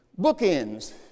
Bookends